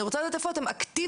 אני רוצה לדעת איפה אתם אקטיביים.